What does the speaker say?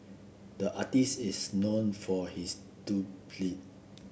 the artist is known for his